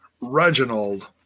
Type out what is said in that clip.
Reginald